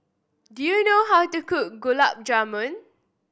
do you know how to cook Gulab Jamun